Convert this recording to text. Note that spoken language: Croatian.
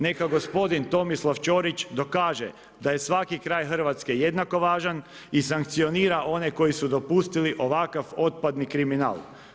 Neka gospodin Tomislav Čorić dokaže da je svaki kraj Hrvatske jednako važan i sankcionira one koji su dopustili ovakav otpadni kriminal.